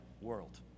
world